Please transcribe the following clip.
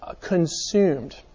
consumed